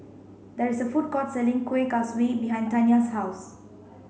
there is a food court selling Kuih Kaswi behind Taniya's house